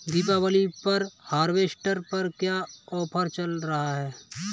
दीपावली पर हार्वेस्टर पर क्या ऑफर चल रहा है?